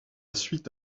suite